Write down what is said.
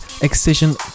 Excision